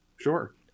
sure